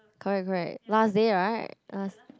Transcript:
correct correct last day right last